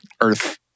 Earth